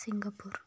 Singapore